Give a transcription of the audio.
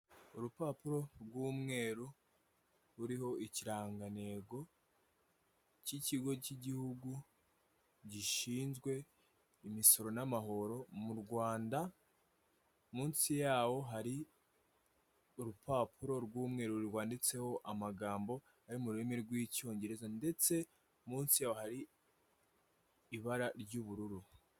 Urupapuro rw'umweru ruriho ikirangantego cy'ikigo cy'igihugu gishinzwe imisoro n'amahoro mu rwanda munsi yawo hari urupapuro rw'umweru rwanditseho amagambo ari mu rurimi rw'icyongereza ndetse munsi hari ibara ry'ubururu.